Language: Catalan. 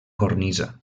cornisa